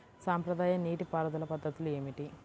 సాంప్రదాయ నీటి పారుదల పద్ధతులు ఏమిటి?